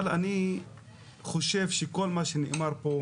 אבל אני חושב שכל מה שנאמר פה,